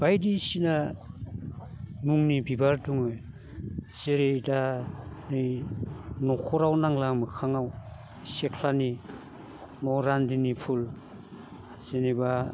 बायदिसिना मुंनि बिबार दङ जेरै दा नै न'खराव नांला मोखाङाव सेख्लानि मरानदोनि फुल जेनेबा